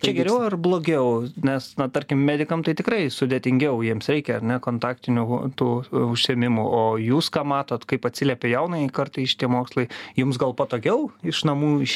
čia geriau ar blogiau nes na tarkim medikam tai tikrai sudėtingiau jiems reikia ar ne kontaktinio tų užsiėmimų o jūs ką matot kaip atsiliepia jaunajai kartai šitie mokslai jums gal patogiau iš namų iš